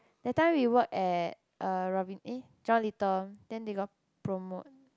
that time we work at err Robinsons~ eh John Little then they got promote